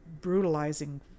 brutalizing